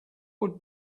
would